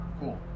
Cool